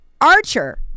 Archer